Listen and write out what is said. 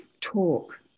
talk